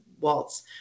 waltz